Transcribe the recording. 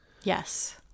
Yes